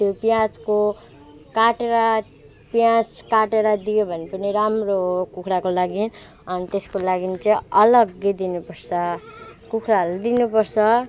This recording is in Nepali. त्यो पियाजको काटेर पियाज काटेर दियो भने पनि राम्रो हो कुखुराको लागि अनि त्यसको लागि चाहिँ अलगै दिनुपर्छ कुखुराहरूलाई दिनुपर्छ